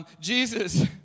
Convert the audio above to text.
Jesus